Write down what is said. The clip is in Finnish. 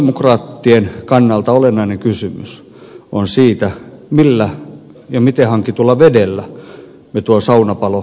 sosialidemokraattien kannalta olennainen kysymys on siitä millä ja miten hankitulla vedellä me tuon saunapalon sammutamme